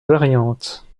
variante